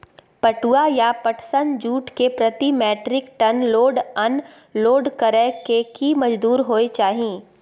पटुआ या पटसन, जूट के प्रति metric ton load unload करै के की मजदूरी होय चाही?